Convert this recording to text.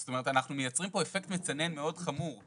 זאת אומרת אנחנו מייצרים פה אפקט מצנן מאוד חמור,